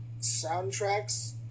soundtracks